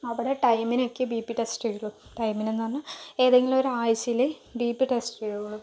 അവിടെ ടൈമിനൊക്കെ B P test ചെയ്യുകയുള്ളൂ ടൈമിന് എന്ന് പറഞ്ഞാൽ ഏതെങ്കിലും ഒരാഴ്ചയിൽ ബി പി ടെസ്റ്റ് ചെയ്യുകയുള്ളൂ